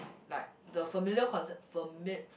like the familiar concept